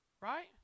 Right